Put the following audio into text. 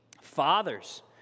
Fathers